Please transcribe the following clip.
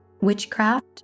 Witchcraft